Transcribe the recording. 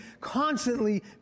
constantly